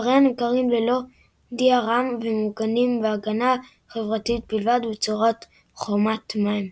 ספריה נמכרים ללא DRM ומוגנים בהגנה חברתית בלבד בצורת חותמת מים.